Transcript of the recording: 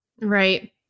Right